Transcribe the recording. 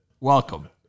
Welcome